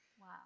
Wow